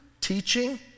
teaching